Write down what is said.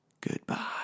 Goodbye